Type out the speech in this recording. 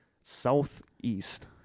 southeast